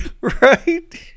right